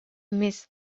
més